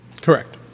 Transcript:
Correct